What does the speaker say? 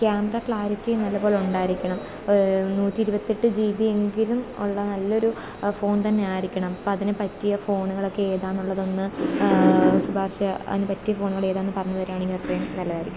camera ക്ലാരിറ്റിയും നല്ലതുപോലെ ഉണ്ടായിരിക്കണം നൂറ്റി ഇരുപത്തിയെട്ട് ജി ബി എങ്കിലും ഉള്ള നല്ലൊരു ഫോൺ തന്നെ ആയിരിക്കണം അപ്പം അതിനു പറ്റിയ ഫോണുകളൊക്കെ ഏതാണെന്നുള്ളതൊന്ന് ശുപാർശ അതിനു പറ്റിയ ഫോണുകൾ ഏതാണെന്ന് പറഞ്ഞുതരികയാണെങ്കിൽ അത്രയും നല്ലതായിരിക്കും